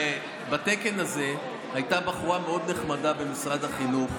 בתקן הזה הייתה בחורה מאוד נחמדה במשרד החינוך,